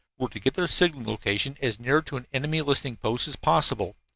were to get their signaling location as near to an enemy listening post as possible!